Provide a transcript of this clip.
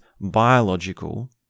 biological